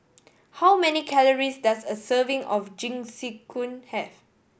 how many calories does a serving of Jingisukan have